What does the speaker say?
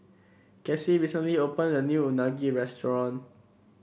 Cassie recently opened a new Unagi restaurant